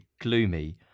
gloomy